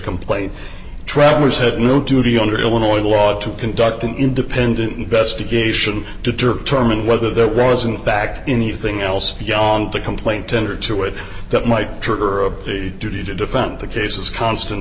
complaint travellers had no duty under illinois law to conduct an independent investigation to determine whether that was in fact anything else beyond the complaint tendered to it that might trigger a duty to defend the cases constant